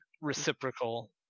reciprocal